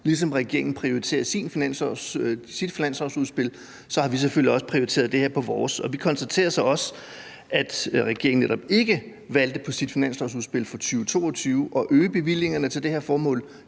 ligesom regeringen prioriterer sit finanslovsudspil, har vi selvfølgelig også prioriteret det her på vores. Vi konstaterer så også, at regeringen på sit finanslovsudspil for 2022 netop ikke valgte at øge bevillingerne til det her formål,